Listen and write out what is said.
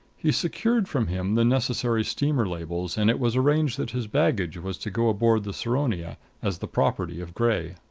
he secured from him the necessary steamer labels and it was arranged that his baggage was to go aboard the saronia as the property of gray.